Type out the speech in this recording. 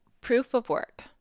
Proof-of-work